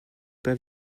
pas